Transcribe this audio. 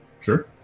Sure